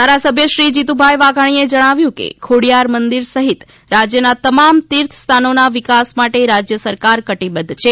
ધારાસભ્ય શ્રી જીતુભાઇ વાઘાણીએ જણાવ્યું કે ખોડીયાર મંદિર સહિત રાજ્યના તમામ તિર્થસ્થાનોના વિકાસ માટે રાજ્ય સરકાર કટીબદ્ધ છે